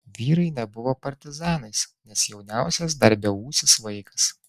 vyrai nebuvo partizanais nes jauniausias dar beūsis vaikas